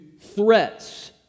threats